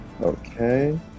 Okay